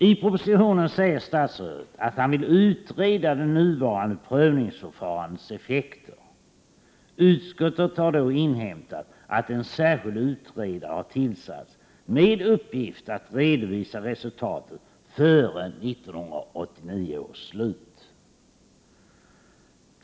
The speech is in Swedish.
I propositionen säger statsrådet att han vill utreda det nuvarande prövningsförfarandets effekter. Utskottet har då inhämtat att en särskild utredare har tillsatts med uppgift att redovisa resultatet före 1989 års slut.